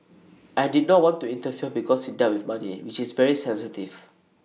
I did not want to interfere because IT dealt with money which is very sensitive